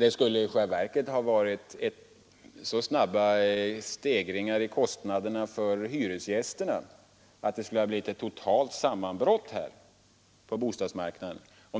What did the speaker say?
Det skulle i själva verket ha varit så snabba stegringar i kostnader för hyresgästerna, att det på bostadsmarknaden skulle ha blivit ett totalt sammanbrott, om